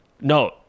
No